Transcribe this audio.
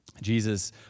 Jesus